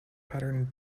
pattern